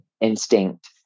instinct